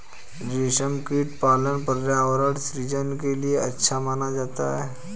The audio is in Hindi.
रेशमकीट पालन पर्यावरण सृजन के लिए अच्छा माना जाता है